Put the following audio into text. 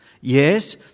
Yes